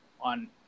on